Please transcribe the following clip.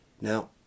now